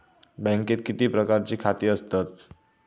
बँकेत किती प्रकारची खाती असतत?